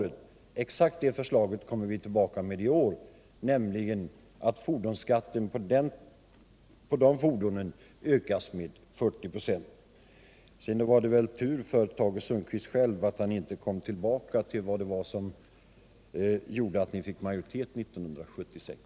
Exakt det förslaget kommer vi tillbaka med i år, nämligen att skatten på de tyngre fordonen bör öka med 40 96. Sedan var det tur för Tage Sundkvist själv att han inte kom tillbaka till vad som gjorde att de borgerliga fick majoritet 1976.